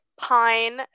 pine